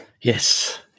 Yes